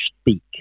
speak